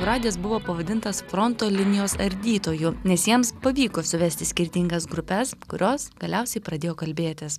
radijas buvo pavadintas fronto linijos ardytoju nes jiems pavyko suvesti skirtingas grupes kurios galiausiai pradėjo kalbėtis